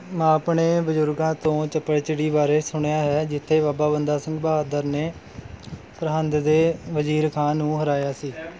ਮੈਂ ਆਪਣੇ ਬਜ਼ੁਰਗਾਂ ਤੋਂ ਚੱਪੜਚਿੜੀ ਬਾਰੇ ਸੁਣਿਆ ਹੈ ਜਿੱਥੇ ਬਾਬਾ ਬੰਦਾ ਸਿੰਘ ਬਹਾਦਰ ਨੇ ਸਰਹੰਦ ਦੇ ਵਜ਼ੀਰ ਖਾਨ ਨੂੰ ਹਰਾਇਆ ਸੀ